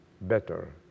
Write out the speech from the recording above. better